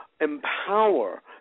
empower